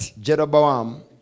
Jeroboam